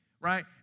Right